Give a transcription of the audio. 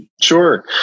Sure